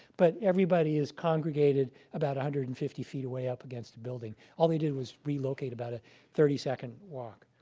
but everybody has congregated about one hundred and fifty feet away up against a building. all they did was relocate about a thirty second walk.